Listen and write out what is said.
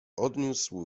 odniósł